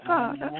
God